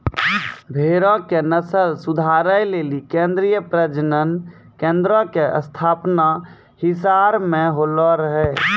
भेड़ो के नस्ल सुधारै लेली केन्द्रीय प्रजनन केन्द्रो के स्थापना हिसार मे होलो रहै